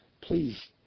please